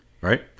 right